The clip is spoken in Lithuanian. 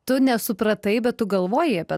tu nesupratai bet tu galvoji apie